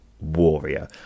warrior